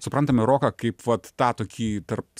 suprantame roką kaip vat tą tokį tarp